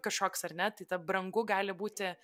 kažkoks ar ne tai ta brangu gali būti